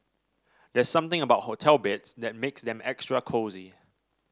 there's something about hotel beds that makes them extra cosy